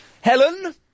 Helen